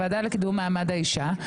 זאת הוועדה לקידום מעמד האישה,